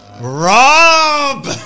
Rob